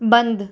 बंद